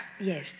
Yes